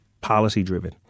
policy-driven